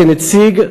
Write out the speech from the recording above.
כנציג,